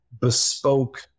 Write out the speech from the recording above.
bespoke